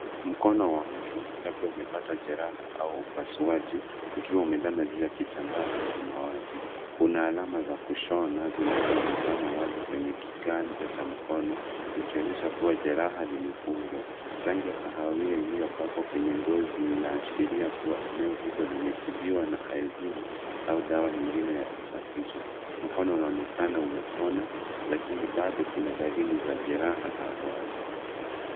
Mkono wa mtu labda umepata jeraha au upasuaji ukiwa umelala juu ya kitambaa cha samawati. Kuna alama za kushona zinazoonekana wazi kwenye kiganja cha mkono zikionyesha kuwa jeraha limefungwa. Rangi ya kahawia iliyopakwa kwenye ngozi inaashiria kuwa eneo hilo limetibiwa na iodine au dawa nyingine ya kusafisha. Mkono unaonekana umepona lakini bado kuna dalili za jeraha za awali.